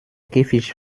käfig